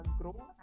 grow